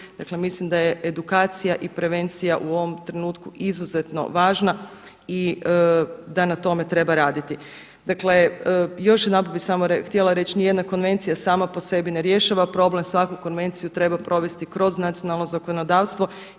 mislim da je edukacija i prevencija u ovom trenutku izuzetno važna i da na tome treba raditi. Dakle, još jedanput bi samo htjela reći nijedna konvencija sama po sebi ne rješava problem, svaku konvenciju treba provesti kroz nacionalno zakonodavstvo